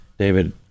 David